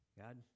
God